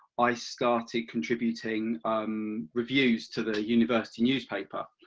i started contributing reviews to the university newspaper.